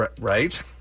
Right